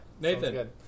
Nathan